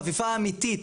חפיפה אמיתית,